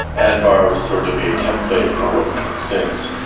anbar was sort of a template for what has come since.